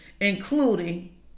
including